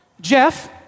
Jeff